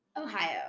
Ohio